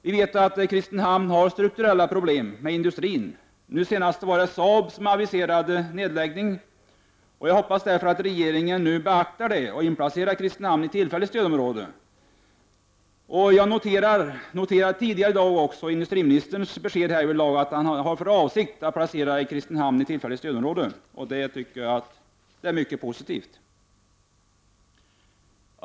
Vi vet att Kristinehamn har strukturella problem med industrin. Nu senast var det Saab som aviserade nedläggning. Jag hoppas därför att regeringen beaktar detta och inplacerar Kristinehamn i tillfälligt stödområde. Jag noterade tidigare i dag också industriministerns besked att han har för avsikt att placera Kristinehamn i tillfälligt stödområde. Det tycker jag är mycket positivt.